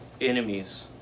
enemies